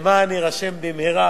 למען יירשם במהרה,